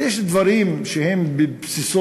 אבל יש דברים שהם בבסיס